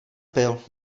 pil